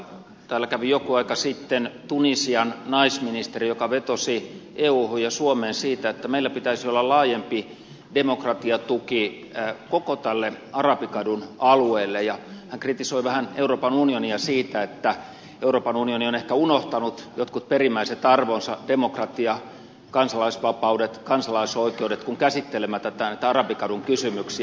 täällä kävi joku aika sitten tunisian naisministeri joka vetosi euhun ja suomeen siinä että meillä pitäisi olla laajempi demokratiatuki koko tälle arabikadun alueelle ja hän kritisoi vähän euroopan unionia siitä että euroopan unioni on ehkä unohtanut jotkut perimmäiset arvonsa demokratia kansalaisvapaudet kansalaisoikeudet kun käsittelemme näitä arabikadun kysymyksiä